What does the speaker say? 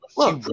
look